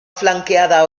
flanqueada